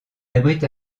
abrite